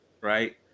right